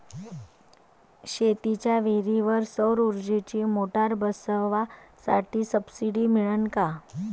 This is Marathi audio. शेतीच्या विहीरीवर सौर ऊर्जेची मोटार बसवासाठी सबसीडी मिळन का?